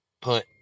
put